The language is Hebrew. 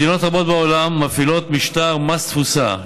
מדינות רבות בעולם מפעילות משטר מס תפוסה.